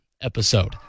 episode